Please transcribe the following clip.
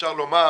אפשר לומר